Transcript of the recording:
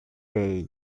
day